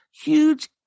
huge